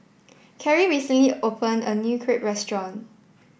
Kerrie recently opened a new Crepe restaurant